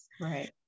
right